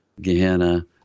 Gehenna